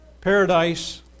paradise